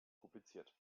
publiziert